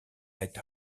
het